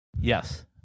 Yes